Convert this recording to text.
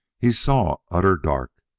he saw utter dark.